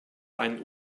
einen